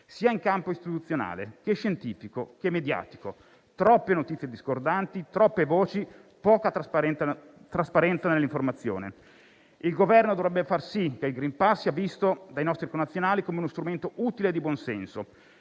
in campo istituzionale, scientifico e mediatico: troppe notizie discordanti, troppe voci, poca trasparenza nell'informazione. Il Governo dovrebbe far sì che il *green pass* sia visto dai nostri connazionali come uno strumento utile e di buon senso,